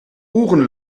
ohren